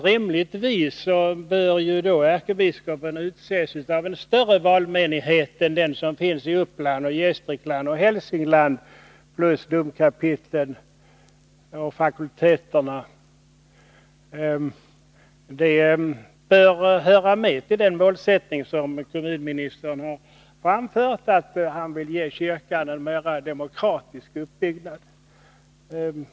Rimligtvis bör ärkebiskopen utses av en större valmenighet 29 april 1982 än den som finns i Uppland, Gästrikland och Hälsingland plus domkapitlen och fakulteterna. Det bör inbegripas i den målsättning som kommunministern har uttalat — han vill ge kyrkan en mera demokratisk uppbyggnad.